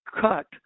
cut